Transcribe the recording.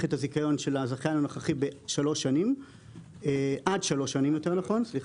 את הזיכיון של הזכיין הנוכחי עד שלוש שנים.